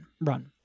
run